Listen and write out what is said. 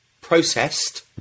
processed